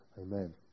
Amen